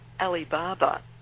Alibaba